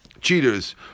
cheaters